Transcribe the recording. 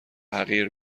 حقیر